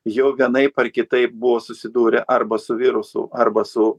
jau vienaip ar kitaip buvo susidūrę arba su virusu arba su